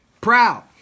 Proud